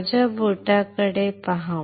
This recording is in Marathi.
माझ्या बोटाकडे पहा